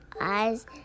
eyes